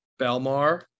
Belmar